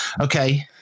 Okay